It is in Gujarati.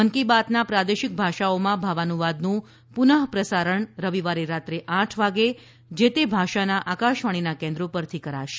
મન કી બાતના પ્રાદેશિક ભાષાઓમાં ભાવાનુવાદનું પુનઃ પ્રસારણ રવિવારે રાત્રે આઠ વાગે જે તે ભાષાના આકાશવાણીના કેન્દ્રો પરથી કરાશે